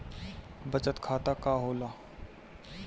बचत खाता का होला?